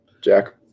Jack